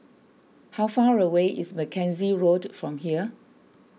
how far away is Mackenzie Road from here